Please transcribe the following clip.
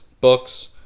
books